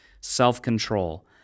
self-control